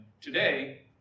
Today